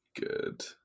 Good